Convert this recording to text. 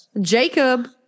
Jacob